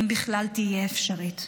אם בכלל תהיה אפשרית.